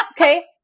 Okay